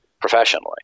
professionally